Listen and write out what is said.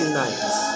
nights